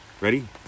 Ready